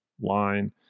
line